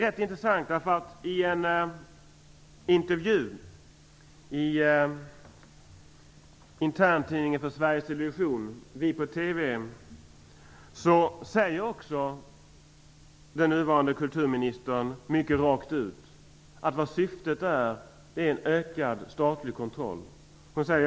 I en intervju för interntidningen för Sveriges television, Vipåtv, säger också den nuvarande kulturministern rakt ut att syftet är en ökad statlig kontroll.